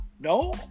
No